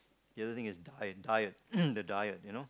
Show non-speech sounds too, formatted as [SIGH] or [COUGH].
the other thing is diet diet [COUGHS] the diet you know